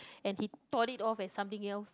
and he thought it of as something else